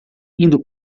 indo